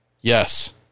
yes